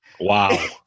Wow